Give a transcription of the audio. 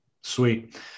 Sweet